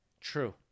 True